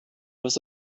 was